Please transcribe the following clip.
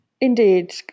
Indeed